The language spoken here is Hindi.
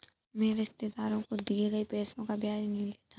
मैं रिश्तेदारों को दिए गए पैसे का ब्याज नहीं लेता